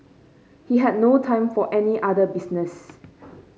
he had no time for any other business